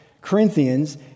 Corinthians